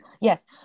yes